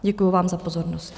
Děkuji vám za pozornost.